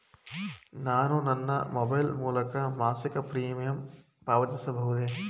ನಾನು ನನ್ನ ಮೊಬೈಲ್ ಮೂಲಕ ಮಾಸಿಕ ಪ್ರೀಮಿಯಂ ಪಾವತಿಸಬಹುದೇ?